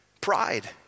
Pride